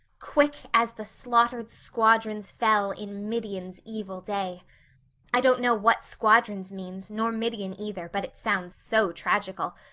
quick as the slaughtered squadrons fell in midian's evil day i don't know what squadrons means nor midian, either, but it sounds so tragical.